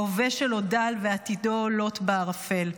ההווה שלו דל ועתידו לוט בערפל.